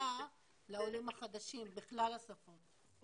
מידע לעולים החדשים בכלל השפות.